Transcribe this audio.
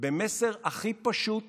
במסר הכי פשוט